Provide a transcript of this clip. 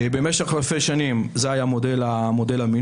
במשך אלפי שנים זה היה מודל המינוי,